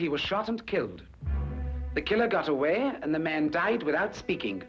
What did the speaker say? he was shot and killed the killer got away and the man died without speaking